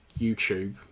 youtube